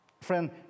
Friend